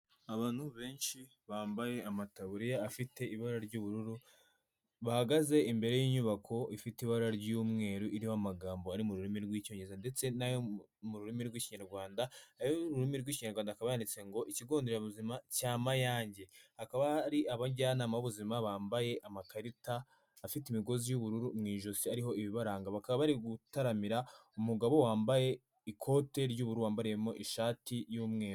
Abantu benshi bambaye amataburiya afite ibara ry'ubururu bahagaze imbere y'inyubako ifite ibara ry'umweru iriho amagambo ari mu rurimi rw'icyongereza ndetse nayo mu rurimi rw'ikinyarwanda ayo mu rurimi rw'ikinyarwanda akababoneditse ngo ikigo nderabuzima cya mayange akaba ari abajyanama b'ubuzima bambaye amakarita afite imigozi y'ubururu mu ijosi ariho ibibaranga bakaba bari gutaramira umugabo wambaye ikote ry'uburu wambariyemo ishati y'umweru.